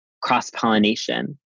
cross-pollination